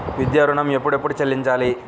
విద్యా ఋణం ఎప్పుడెప్పుడు చెల్లించాలి?